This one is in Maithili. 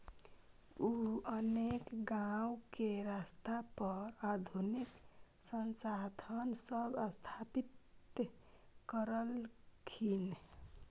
उ अनेक गांव के स्तर पर आधुनिक संसाधन सब स्थापित करलखिन